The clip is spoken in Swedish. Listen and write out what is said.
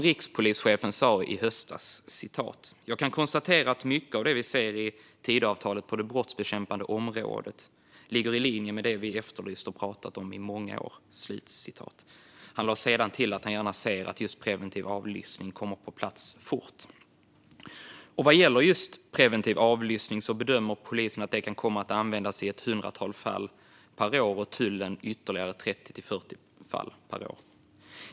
Rikspolischefen sa i höstas: "Jag kan konstatera att mycket av det vi ser i Tidöavtalet på det brottsbekämpande området ligger i linje med det som vi efterlyst och pratat om i många år." Han lade sedan till att han gärna ser att just preventiv avlyssning kommer på plats fort. Bedömningen är att preventiv avlyssning kan komma att användas av polisen i ett hundratal fall per år och av tullen i 30-40 fall per år.